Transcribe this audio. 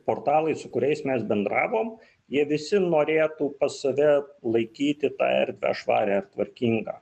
portalai su kuriais mes bendravom jie visi norėtų pas save laikyti tą erdvę švarią ir tvarkingą